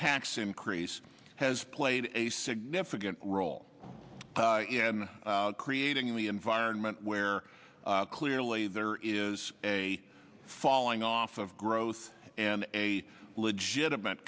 tax increase has played a significant role creating the environment where clearly there is a falling off of growth and a legitimate